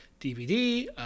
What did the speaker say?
DVD